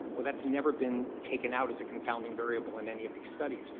well, that's never been taken out as a confounding variable in any of these studies.